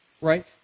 right